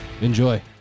Enjoy